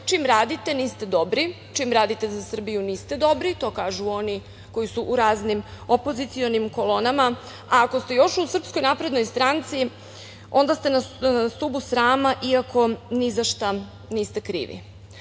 čim radite, niste dobri, čim radite za Srbiju niste dobri, to kažu oni koji su u raznim opozicionim kolonama, a ako ste još u SNS, onda ste na stubu srama, iako ni za šta niste krivi. Kada